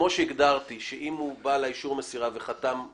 שכמו שהגדרתי שאם הוא בא לאישור המסירה וחתם,